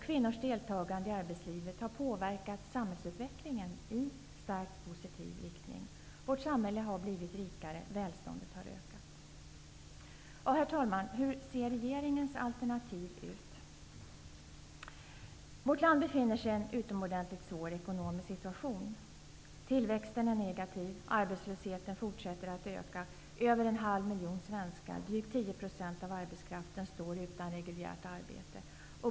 Kvinnors deltagande i arbetslivet har påverkat samhällsutvecklingen i starkt positiv riktning. Vårt samhälle har blivit rikare. Välståndet har ökat. Herr talman! Hur ser regeringens alternativ ut? Vårt land befinner sig i en utomordentligt svår ekonomisk situation. Tillväxten är negativ. Arbetslösheten fortsätter att öka. Över en halv miljon svenskar, drygt 10 % av arbetskraften, står utan reguljärt arbete.